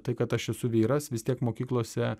tai kad aš esu vyras vis tiek mokyklose